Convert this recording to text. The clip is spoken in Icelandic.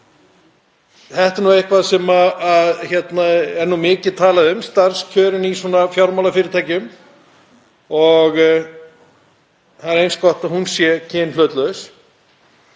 Þetta er eitthvað sem er nú mikið talað um, starfskjörin í fjármálafyrirtækjum, að það sé eins gott að þau séu kynhlutlaus.